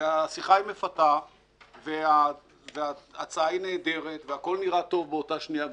השיחה מפתה וההצעה נהדרת והכול נראה טוב באותה שנייה,